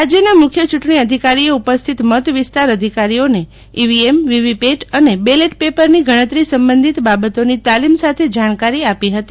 રાજયના મુખ્ય ચૂંટણી અધિકારીએ ઉપસ્થિત મત વિસ્તાર અધિકારીઓને ઈવીએમ વીવીપેટ અને બેલેટ પેપરની ગણતરી સંબંધિત બાબતોની તાલીમ સાથે જાણકારી આપી હતી